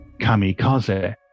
kamikaze